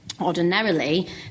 ordinarily